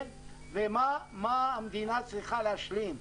ומה המדינה צריכה להשלים,